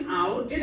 out